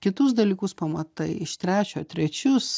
kitus dalykus pamatai iš trečio trečius